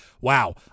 wow